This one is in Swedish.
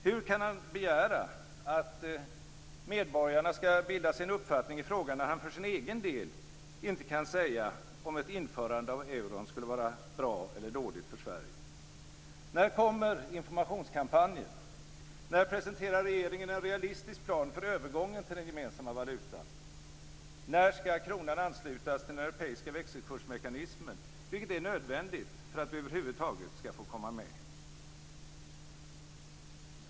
Hur kan han begära att medborgarna skall bilda sig en uppfattning i frågan när han för sin egen del inte kan säga om ett införande av euron skulle vara bra eller dåligt för Sverige? När kommer informationskampanjen? När presenterar regeringen en realistisk plan för övergången till den gemensamma valutan? När skall kronan anslutas till den europeiska växelkursmekanismen, vilket är nödvändigt för att vi över huvud taget skall få komma med?